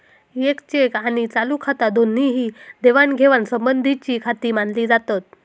येक चेक आणि चालू खाता दोन्ही ही देवाणघेवाण संबंधीचीखाती मानली जातत